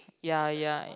ya ya ya